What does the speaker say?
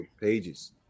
pages